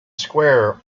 square